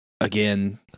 Again